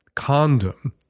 condom